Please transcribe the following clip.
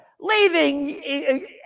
leaving